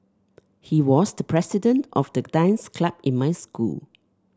he was the president of the dance club in my school